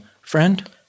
friend-